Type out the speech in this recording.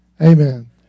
Amen